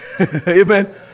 Amen